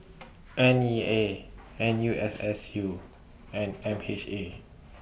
N E A N U S S U and M H A